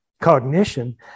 cognition